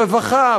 רווחה,